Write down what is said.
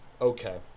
okay